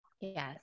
Yes